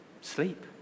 sleep